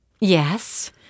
yes